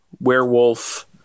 werewolf